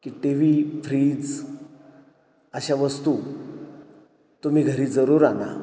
की TV fridge अशा वस्तू तुम्ही घरी जरूर आणा